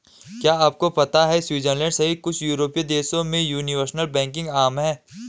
क्या आपको पता है स्विट्जरलैंड सहित कुछ यूरोपीय देशों में यूनिवर्सल बैंकिंग आम है?